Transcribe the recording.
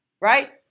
Right